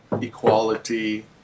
equality